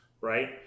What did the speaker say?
Right